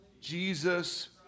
Jesus